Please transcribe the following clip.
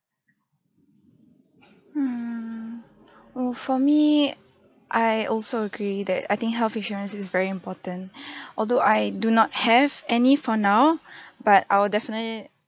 hmm mm for me I also agree that I think health insurance is very important although I do not have any for now but I will definitely